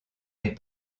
est